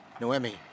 Noemi